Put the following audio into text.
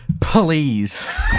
Please